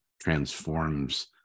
transforms